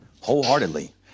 wholeheartedly